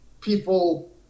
people